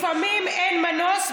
לפעמים אין מנוס,